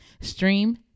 Stream